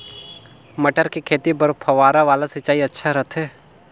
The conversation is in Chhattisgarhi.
मटर के खेती बर फव्वारा वाला सिंचाई अच्छा रथे?